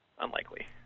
unlikely